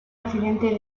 accidente